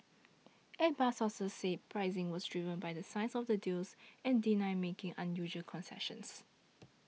Airbus sources said pricing was driven by the size of the deals and denied making unusual concessions